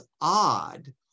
odd